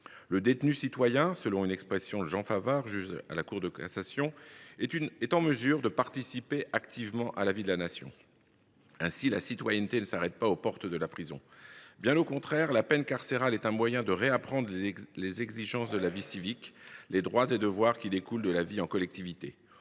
Le « détenu citoyen », selon une expression de Jean Favard, magistrat à la Cour de cassation, est capable de participer activement à la vie de la Nation. Ainsi, la citoyenneté ne s’arrête pas aux portes de la prison. Bien au contraire, la peine carcérale est un moyen de réapprendre les exigences de la vie civique, les droits et devoirs qui découlent de la vie en collectivité.